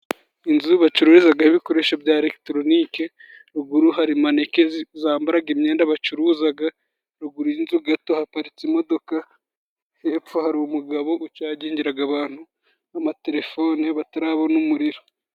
Inzu bacururizaho ibikoresho bya eregitoronike, ruguru hari maneke zambara, imyenda bacuruza, ruguru y'inzu gato haparitse imodoka, hepfo hari umugabo ucagingira abantu, amaterefoni batarabona umuriro.